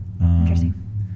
Interesting